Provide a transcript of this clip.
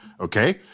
Okay